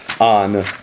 on